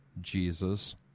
Jesus